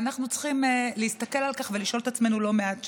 ואנחנו צריכים להסתכל על כך ולשאול את עצמנו לא מעט שאלות.